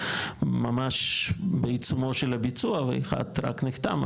ממש בעיצומו של הביצוע ואחד רק נחתם,